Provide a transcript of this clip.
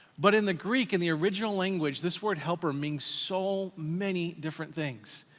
but in the greek, in the original language, this word helper means so many different things.